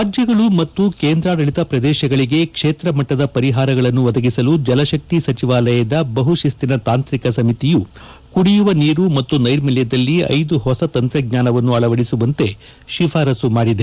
ರಾಜ್ಯಗಳು ಮತ್ತು ಕೇಂದ್ರಾಡಳಿತ ಪ್ರದೇಶಗಳಿಗೆ ಕ್ಷೇತ್ರ ಮಟ್ಟದ ಪರಿಹಾರಗಳನ್ನು ಒದಗಿಸಲು ಜಲಶಕ್ತಿ ಸಚಿವಾಲಯದ ಬಹು ಶಿಸ್ತಿನ ತಾಂತ್ರಿಕ ಸಮಿತಿಯು ಕುಡಿಯುವ ನೀರು ಮತ್ತು ನೈರ್ಮಲ್ಯದಲ್ಲಿ ಐದು ಹೊಸ ತಂತ್ರಜ್ಞಾನವನ್ನು ಅಳವದಿಸುವಂತೆ ಶಿಫಾರಸು ಮಾಡಿದೆ